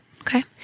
Okay